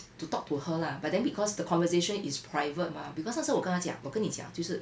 to talk to her lah but then because the conversation is private mah because 那时我跟她讲我跟你讲就是